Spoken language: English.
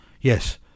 Yes